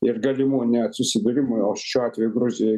ir galimų net susidūrimų o šiuo atveju gruzi